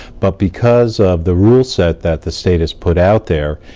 but because of the rule set that the state has put out there,